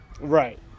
Right